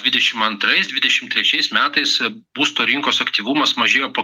dvidešimt antrais dvidešimt trečiais metais būsto rinkos aktyvumas mažėjo po